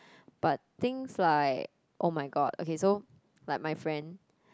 but things like oh-my-god okay so like my friend